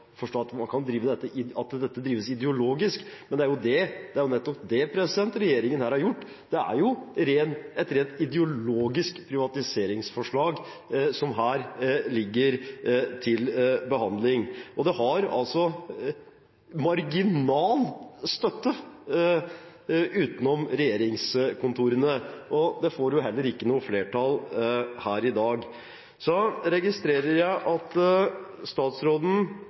dette drives ideologisk, men det er nettopp det regjeringen her har gjort. Det er jo et rent ideologisk privatiseringsforslag som her ligger til behandling. Det har marginal støtte utenom regjeringskontorene, og det får heller ikke noe flertall her i dag. Så registrerer jeg at statsråden